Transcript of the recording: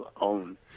own